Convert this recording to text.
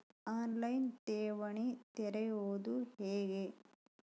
On line ಠೇವಣಿ ತೆರೆಯುವುದು ಹೇಗೆ?